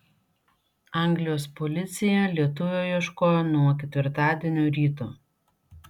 anglijos policija lietuvio ieškojo nuo ketvirtadienio ryto